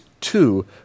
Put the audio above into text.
two